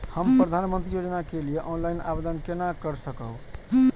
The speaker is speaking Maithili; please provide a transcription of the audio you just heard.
हम प्रधानमंत्री योजना के लिए ऑनलाइन आवेदन केना कर सकब?